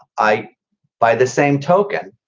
i by the same token,